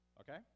Okay